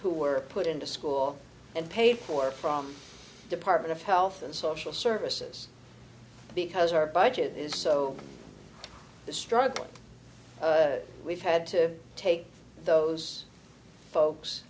who were put into school and paid for from department of health and social services because our budget is so the struggle we've had to take those folks